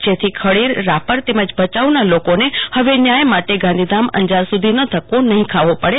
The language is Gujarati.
તેથી ખડીર રાપર તેમજ ભયાઉના લોકોને હવે ન્યાય માટે ગાંધીધામઅંજાર સુ ધીનો ધક્કો નહી ખાવો પડે